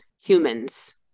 humans